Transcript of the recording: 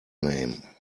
name